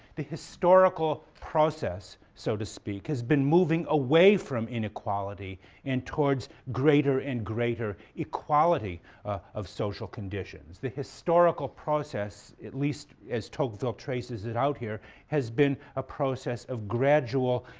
the historical process, so to speak, has been moving away from inequality and towards greater and greater equality of social conditions. the historical process, at least as tocqueville traces it out here, has been a process of gradual